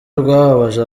rwababaje